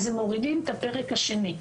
אז הם מורידים את הפרק השני.